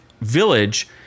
village